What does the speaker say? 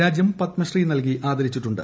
രാജ്യം പത്മശ്രീ നൽകി ആദരിച്ചിട്ടുണ്ട്